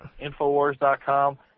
InfoWars.com